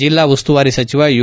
ಜಿಲ್ಲಾ ಉಸ್ತುವಾರಿ ಸಚಿವ ಯು